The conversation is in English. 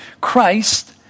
Christ